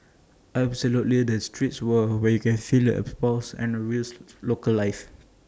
absolutely the streets are where you can feel the pulses of the real local life